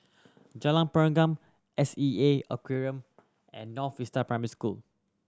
Jalan Pergam S E A Aquarium and North Vista Primary School